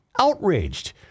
outraged